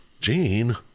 Jean